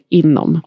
inom